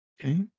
okay